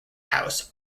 house